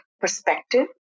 perspective